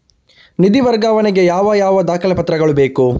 ನಿಧಿ ವರ್ಗಾವಣೆ ಗೆ ಯಾವ ಯಾವ ದಾಖಲೆ ಪತ್ರಗಳು ಬೇಕು?